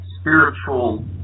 spiritual